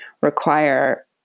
require